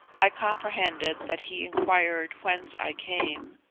i comprehended that he inquired whence i came.